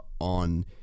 on